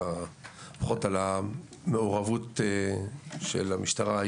על המעורבות של המשטרה,